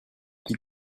qui